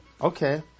Okay